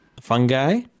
fungi